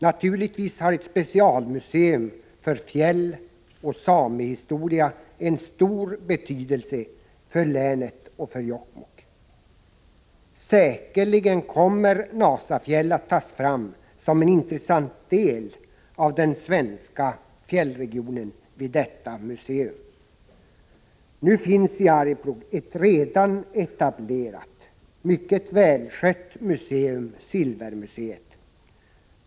Naturligtvis har ett specialmuseum för fjälloch samehistoria en stor betydelse för länet och för Jokkmokk. Säkerligen kommer Nasafjäll att tas fram som en intressant del av den svenska fjällregionen vid detta museum. Nu finns i Arjeplog ett redan etablerat, mycket välskött museum, Silvermuseet.